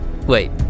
Wait